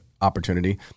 opportunity